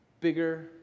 bigger